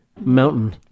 mountain